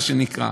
מה שנקרא.